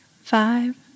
five